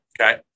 Okay